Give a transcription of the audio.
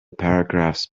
paragraphs